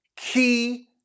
key